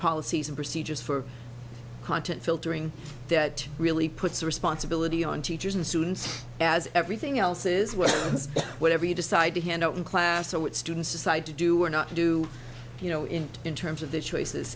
policies and procedures for content filtering that really puts the responsibility on teachers and students as everything else is worth whatever you decide to hand out in class so what students decide to do or not do you know in in terms of the choices